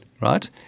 right